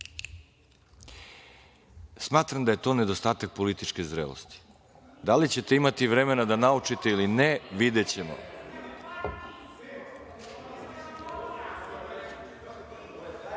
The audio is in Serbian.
Smatram da je to nedostatak političke zrelosti. Da li ćete imati vremena da naučite ili ne, videćemo. Reč